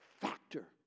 factor